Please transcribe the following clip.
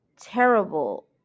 terrible